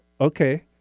Okay